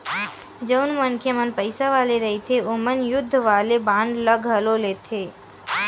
जउन मनखे मन पइसा वाले रहिथे ओमन युद्ध वाले बांड ल घलो लेथे